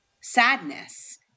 sadness